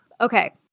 Okay